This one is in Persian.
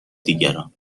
دیگران